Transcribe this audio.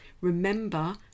Remember